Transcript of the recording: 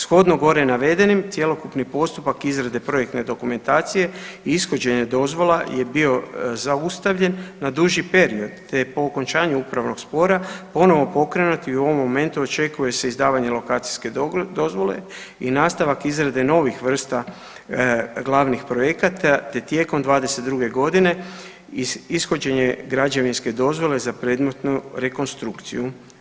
Shodno gore navedenim cjelokupni postupak izrade projektne dokumentacije i ishođenje dozvola je bio zaustavljen na duži period, te je po okončanu upravnog spora ponovno pokrenut i u ovom momentu očekuje se izdavanje lokacijske dozvole i nastavak izrade novih vrsta glavnih projekata te tijekom 22. godine ishođenje građevinske dozvole za predmetnu rekonstrukciju.